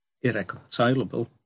irreconcilable